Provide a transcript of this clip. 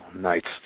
Nights